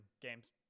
games